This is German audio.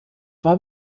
war